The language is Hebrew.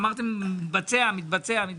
אמרתם שזה מתבצע, אבל